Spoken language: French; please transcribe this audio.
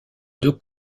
deux